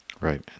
Right